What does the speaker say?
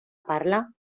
parla